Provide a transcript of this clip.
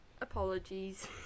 apologies